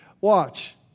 watch